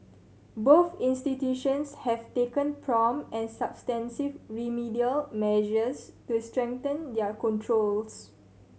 both institutions have taken prompt and substantive remedial measures to strengthen their controls